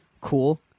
cool